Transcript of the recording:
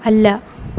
അല്ല